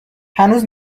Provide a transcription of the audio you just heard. هنوز